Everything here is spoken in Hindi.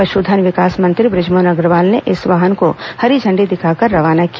पशुधन विकास मंत्री बुजमोहन अग्रवाल ने इस वाहन को हरी झंडी दिखाकर रवाना किया